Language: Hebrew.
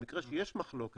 במקרה שיש מחלוקת